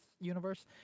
universe